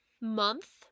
month